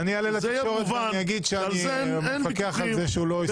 ואני אעלה לתקשורת ואני אומר שאני מפקח על זה שהוא לא יסטה.